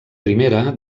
primera